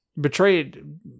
Betrayed